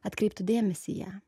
atkreiptų dėmesį į ją